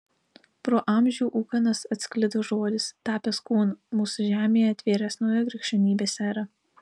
pro amžių ūkanas atsklido žodis tapęs kūnu mūsų žemėje atvėręs naują krikščionybės erą